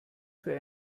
für